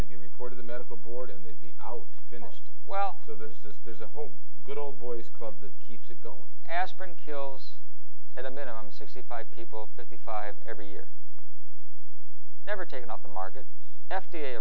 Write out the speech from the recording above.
they'd be reported the medical board and they'd be out finished well so there's this there's a whole good old boys club that keep going aspirin kills at a minimum sixty five people fifty five every year never taken off the market f